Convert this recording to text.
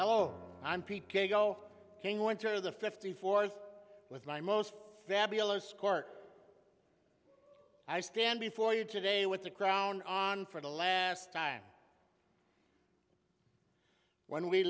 winter the fifty fourth with my most fabulous court i stand before you today with the crown on for the last time when we